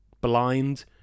blind